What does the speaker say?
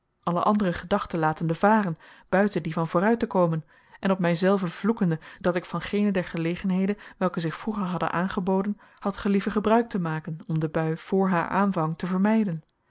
alle andere gedachten latende varen buiten die van vooruit te komen en op mij zelven vloekende dat ik van geene der gelegenheden welke zich vroeger hadden aangeboden had gelieven gebruik te maken om de bui voor haar aanvang te vermijden